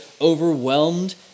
overwhelmed